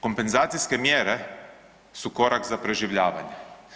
Kompenzacijske mjere su korak za preživljavanje.